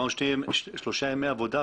הסברנו שלושה ימי עבודה.